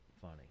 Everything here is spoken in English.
funny